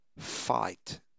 fight